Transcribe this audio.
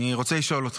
אני רוצה לשאול אותך: